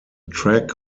track